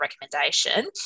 recommendation